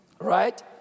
Right